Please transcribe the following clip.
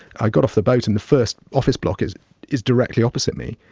i got off the boat, and the first office block is is directly opposite me.